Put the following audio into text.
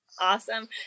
Awesome